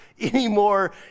anymore